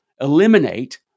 eliminate